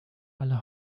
aller